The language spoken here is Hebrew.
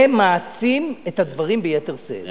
זה מעצים את הדברים ביתר שאת.